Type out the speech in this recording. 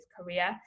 career